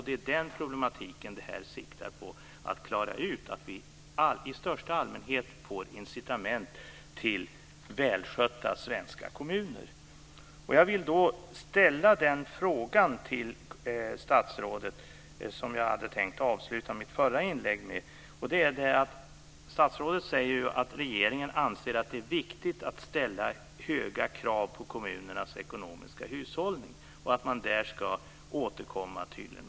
Det är den problematiken det här siktar på att klara ut, att vi i största allmänhet ska få incitament till välskötta svenska kommuner. Jag vill då ställa den fråga till statsrådet som jag hade tänkt avsluta mitt förra inlägg med. Statsrådet säger att regeringen anser att det är viktigt att ställa höga krav på kommunernas ekonomiska hushållning och att man där tydligen ska återkomma med förslag.